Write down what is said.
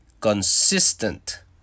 consistent